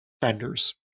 vendors